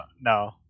no